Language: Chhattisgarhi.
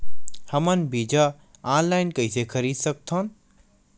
हमन बीजा ऑनलाइन कइसे खरीद सकथन?